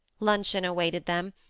luncheon awaited them,